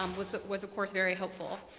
um was was of course very helpful.